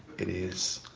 it is